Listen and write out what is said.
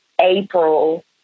April